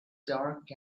dark